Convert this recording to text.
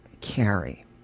carry